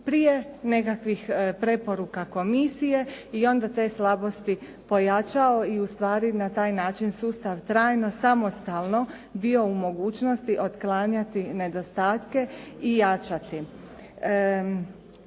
prije nekakvih preporuka komisije i onda te slabosti pojačao i ustvari na taj način sustav trajno samostalno bio u mogućnosti otklanjati nedostatke i jačati.